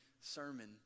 sermon